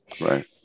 Right